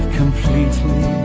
completely